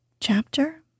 Chapter